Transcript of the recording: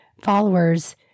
followers